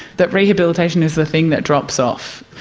that rehabilitation is the thing that drops off.